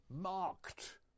marked